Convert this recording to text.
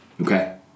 Okay